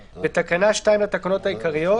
תיקון תקנה 2 בתקנה 2 לתקנות העיקריות-